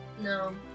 No